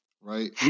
right